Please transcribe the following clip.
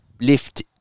lift